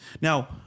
Now